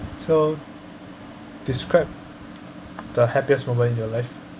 so describe the happiest moment in your life